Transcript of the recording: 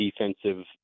defensive